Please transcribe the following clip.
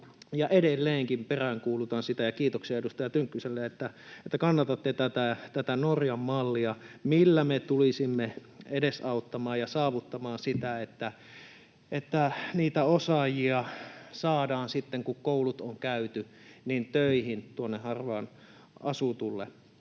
edelleenkin peräänkuulutan sitä — ja kiitoksia edustaja Tynkkyselle, että kannatatte tätä Norjan mallia, millä me tulisimme edesauttamaan ja saavuttamaan sitä — että niitä osaajia saadaan sitten, kun koulut on käyty, töihin tuonne harvaan asutulle